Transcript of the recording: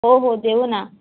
हो हो देऊ ना